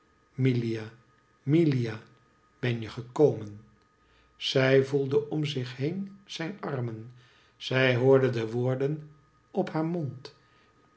milia milia ben je gekomen zij voelde om zich heen zijn armen zij hoorde de woorden op haar mond